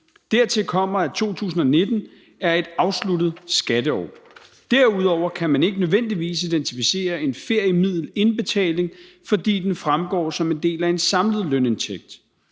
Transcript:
Dertil kommer, at 2019 er et afsluttet skatteår. Derudover kan man ikke nødvendigvis identificere en feriemiddelindbetaling, fordi den fremgår som en del af en samlet lønindtægt.